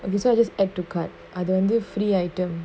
okay so I just add to cart அதுவந்து:athuvanthu free item